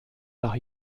nach